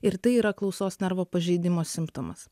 ir tai yra klausos nervo pažeidimo simptomas